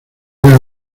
era